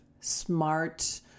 smart